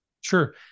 Sure